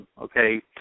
okay